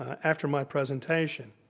after my presentation.